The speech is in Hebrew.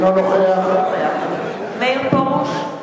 אינו נוכח מאיר פרוש,